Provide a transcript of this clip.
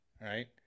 right